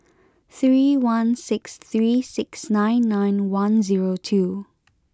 three one six three six nine nine one zero two